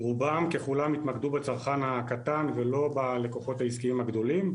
רובם ככולם התמקדו בצרכן הקטן ולא בצרכנים העסקיים הגדולים.